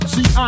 See